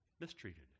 mistreated